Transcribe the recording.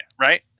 right